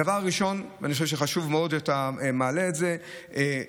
דבר ראשון, ואני חושב שחשוב מאוד שאתה מעלה את זה,